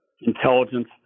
intelligence